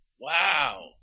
wow